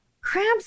Crabs